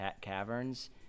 Caverns